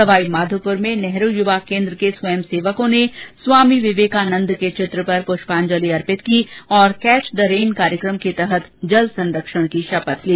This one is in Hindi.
सवाईमाघोपुर में नेहरू युवा केन्द्र के स्वय सेवको ने स्वामी विवेकानन्द के चित्र पर प्रष्पांजलि अर्पित की और कैच द रेन कार्यक्रम के तहत जल संरक्षण की शपथ ली